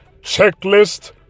checklist